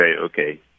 okay